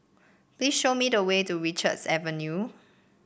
please show me the way to Richards Avenue